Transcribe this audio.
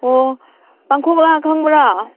ꯑꯣ ꯄꯥꯡꯈꯣꯛꯂꯥ ꯈꯪꯕ꯭ꯔꯥ